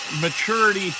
maturity